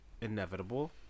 Inevitable